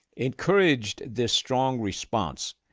encouraged this strong response.